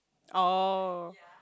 oh